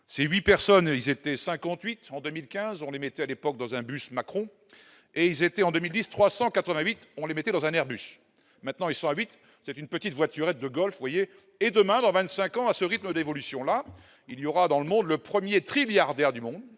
c'est 8 personnes, ils étaient 58 en 2015 les mettait à l'époque dans un bus Macron et ils étaient en 2010 388 on les mettait dans un Airbus maintenant, ils sont 8, c'est une petite voiturette de golf, voyez, et demain dans 25 ans, à ce rythme d'évolution là il y aura dans le monde, le 1er trilliards air du monde